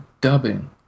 dubbing